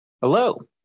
Hello